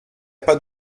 pas